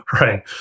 right